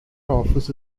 office